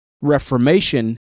Reformation